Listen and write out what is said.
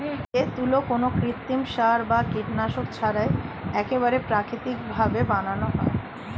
যে তুলো কোনো কৃত্রিম সার বা কীটনাশক ছাড়াই একেবারে প্রাকৃতিক ভাবে বানানো হয়